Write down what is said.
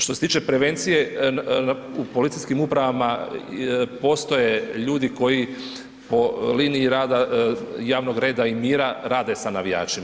Što se tiče prevencije u policijskim upravama postoje ljudi koji po liniji rada javnog reda i mira rade sa navijačima.